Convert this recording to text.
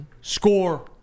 Score